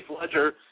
Ledger